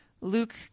Luke